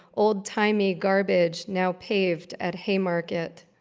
old-timey garbage now paved at haymarket.